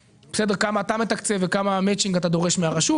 כמה אתה מתקצב וכמה מאצ'ינג אתה דורש מן הרשות,